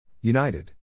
United